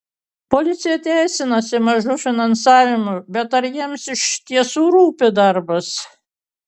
policija teisinasi mažu finansavimu bet ar jiems iš tiesų rūpi darbas